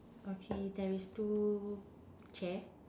okay there is two chair